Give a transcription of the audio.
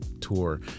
tour